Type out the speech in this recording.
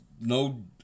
no